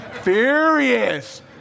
furious